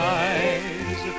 eyes